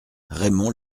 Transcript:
raymond